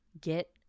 get